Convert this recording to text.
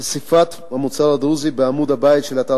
חשיפת המוצר הדרוזי בעמוד הבית של אתר